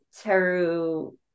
Teru